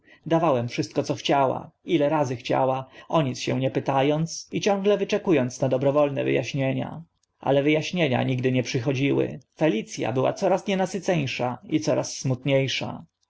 dawałem wszystko co chciała ile razy chciała o nic się nie pyta ąc i ciągle wyczeku ąc na dobrowolne wy aśnienia ale wy aśnienia nigdy nie przychodziły felic a była coraz nienasyceńsza i coraz smutnie